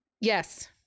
Yes